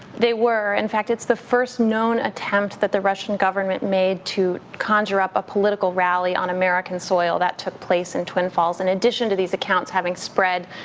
they were. in fact, it's the first known attempt that the russian government made to conjure up a political rally on american soil, that took place in twin falls, in addition to these accounts having spread,